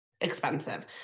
expensive